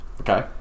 Okay